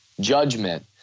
judgment